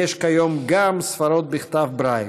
יש כיום גם ספרות בכתב ברייל.